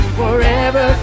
forever